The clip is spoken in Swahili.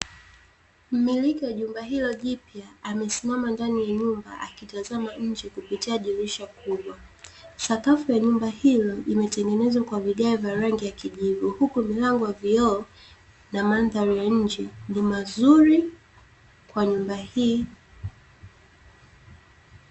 Mmiliki wa jumba hilo jipya amesimama ndani ya nyumba akitazama nje kupitia dirisha kubwa. Sakafu ya nyumba hilo imetengenezwa kwa vigae vya rangi ya kijivu, huku milango ya vioo, na mandhari ya nje ni mazuri kwa nyumba hii.